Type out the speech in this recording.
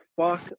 fuck